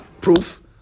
proof